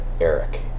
Eric